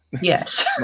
Yes